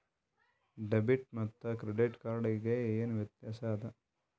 Debit ಮತ್ತ credit card ಗೆ ಏನ ವ್ಯತ್ಯಾಸ ಆದ?